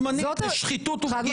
ההומוגנית הזו שאתם מדברים עליה ואומרים: